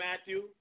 Matthew